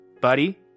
buddy